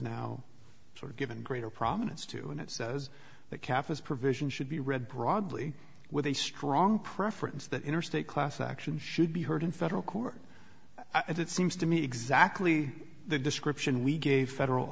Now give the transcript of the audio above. now sort of given greater prominence to and it says the cafe's provision should be read broadly with a strong preference that interstate class action should be heard in federal court and it seems to me exactly the description we gave federal